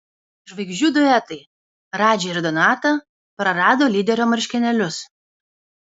žvaigždžių duetai radži ir donata prarado lyderio marškinėlius